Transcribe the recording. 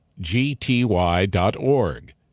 gty.org